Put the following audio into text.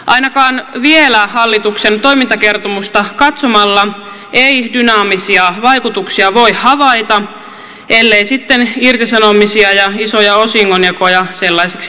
ainakaan vielä hallituksen toimintakertomusta katsomalla ei dynaamisia vaikutuksia voi havaita ellei sitten irtisanomisia ja isoja osingonjakoja sellaisiksi lasketa